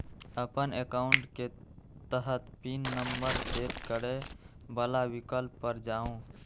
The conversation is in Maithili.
अपन एकाउंट के तहत पिन नंबर सेट करै बला विकल्प पर जाउ